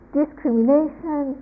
discrimination